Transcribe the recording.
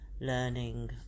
learning